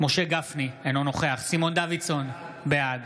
משה גפני, אינו נוכח סימון דוידסון, בעד